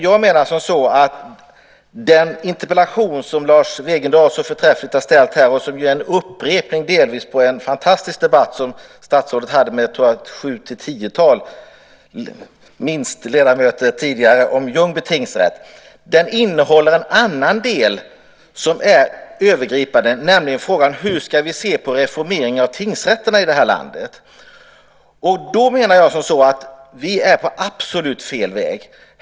Jag menar att den interpellation som Lars Wegendal så förträffligt har ställt här - delvis är den ju en upprepning av en fantastisk debatt som statsrådet hade med minst sju-tio ledamöter tidigare om bland annat Ljungby tingsrätt - innehåller en annan fråga som är övergripande, nämligen frågan: Hur ska vi se på reformeringen av tingsrätterna i det här landet? Då menar jag att vi är på absolut fel väg.